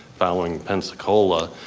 following pensacola.